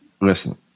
Listen